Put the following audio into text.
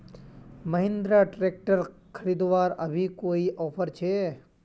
Mahindra tractor खरीदवार अभी कोई ऑफर छे?